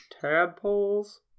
tadpoles